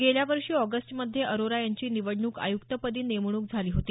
गेल्या वर्षी ऑगस्टमध्ये अरोरा यांची निवडणूक आय्क्तपदी नेमणूक झाली होती